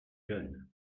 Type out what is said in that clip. jeunes